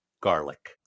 garlic